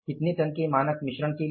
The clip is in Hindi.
कितने टन के मानक मिश्रण के लिए